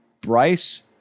Bryce